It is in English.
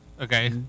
Okay